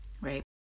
right